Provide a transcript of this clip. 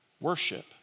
worship